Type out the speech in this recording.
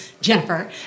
Jennifer